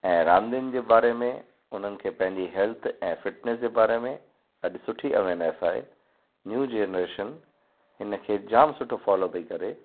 ऐं रांधियुनि जे बारे में हुननि खे पंहिंजी हैल्थ ऐं फिटनेस जे बारे में अॼु सुठी अवेयरनेस आहे न्यू जनरेशन हिन खे जाम सुठो फॉलो पई करे